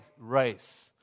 race